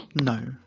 No